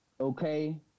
okay